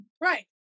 Right